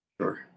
Sure